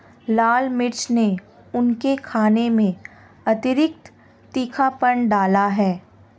लाल मिर्च ने उनके खाने में अतिरिक्त तीखापन डाला है